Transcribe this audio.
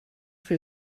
viel